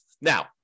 Now